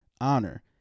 honor